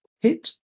Hit